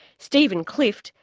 stephen clift,